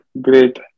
Great